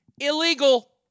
Illegal